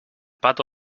pato